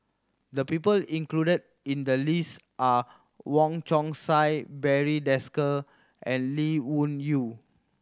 the people included in the list are Wong Chong Sai Barry Desker and Lee Wung Yew